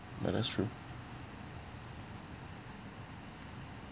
might that's true